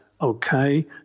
okay